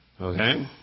Okay